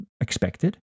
expected